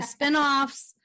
spinoffs